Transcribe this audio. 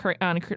on